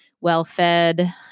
well-fed